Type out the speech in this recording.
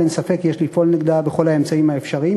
ואין ספק שיש לפעול נגדה בכל האמצעים האפשריים.